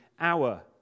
hour